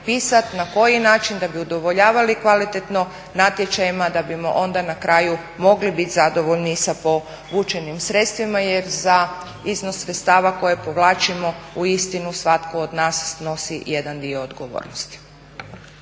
na koji način, da bi udovoljavali kvalitetno natječajima da bismo onda na kraju mogli biti zadovoljni sa povučenim sredstvima jer za iznos sredstava koje povlačimo uistinu svatko od nas snosi jedan dio odgovornosti.